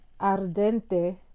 ardente